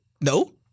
No